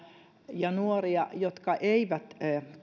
ja nuoria jotka eivät